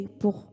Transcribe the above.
pour